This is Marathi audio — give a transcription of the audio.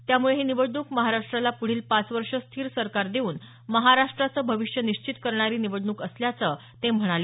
त्यामुळे ही निवडणूक महाराष्ट्राला पुढील पाच वर्ष स्थिर सरकार देऊन महाराष्ट्राचं भविष्य निश्चित करणारी निवडणूक असल्याचं ते म्हणाले